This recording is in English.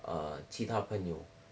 er 其他朋友